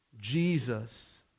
Jesus